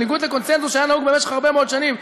בניגוד לקונסנזוס שהיה נהוג במשך הרבה מאוד שנים,